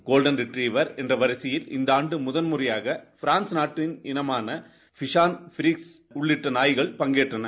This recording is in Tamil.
கோஷ்டன் ரெட்ரீவர் என்ற வரிசையில் இந்த ஆண்டு முதன்முறையாக பிரான்ஸ் நாட்டின் இனமானபிஷான் பிரிஸ் உள்ளிட்ட நாய்கள் பங்கேற்றன